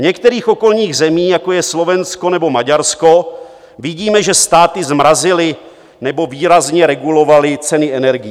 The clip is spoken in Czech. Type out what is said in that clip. V některých okolních zemích, jako je Slovensko nebo Maďarsko, vidíme, že státy zmrazily nebo výrazně regulovaly ceny energií.